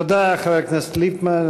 תודה, חבר הכנסת ליפמן.